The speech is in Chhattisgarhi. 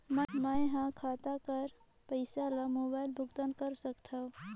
मैं ह खाता कर पईसा ला मोबाइल भुगतान कर सकथव?